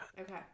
Okay